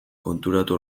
konturatu